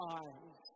eyes